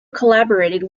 collaborated